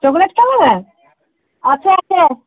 chocolate কালারের আছে আছে